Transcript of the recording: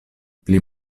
pli